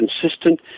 consistent